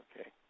okay